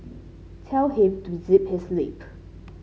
tell him to zip his lip